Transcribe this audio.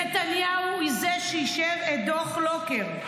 ונתניהו הוא זה שאישר את דוח לוקר.